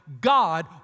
God